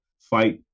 fight